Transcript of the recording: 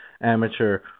amateur